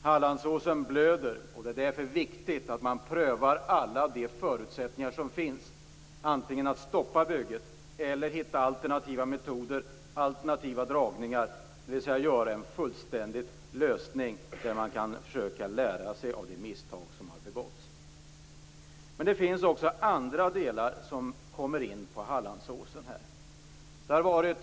Hallandsåsen blöder och det är därför viktigt att man prövar alla de förutsättningar som finns, antingen att stoppa bygget eller att finna alternativa metoder, alternativa dragningar, dvs. att finna en fullständig lösning där man kan försöka att lära sig av de misstag som har begåtts. Men det finns också andra delar som kommer in i fråga om Hallandsåsen.